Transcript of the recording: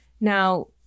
Now